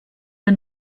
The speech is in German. der